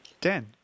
Dan